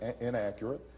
inaccurate